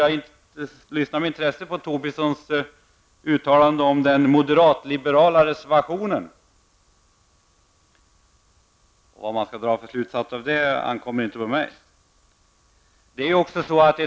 Jag lyssnade med intresse på Tobissons uttalande om den moderatliberala reservationen, men det ankommer inte på mig att dra några slutsatser av det.